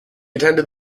attended